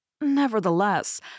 Nevertheless